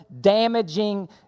damaging